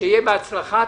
שיהיה בהצלחה.